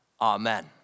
Amen